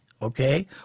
Okay